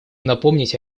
напомнить